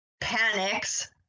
panics